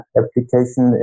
application